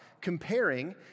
comparing